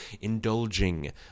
indulging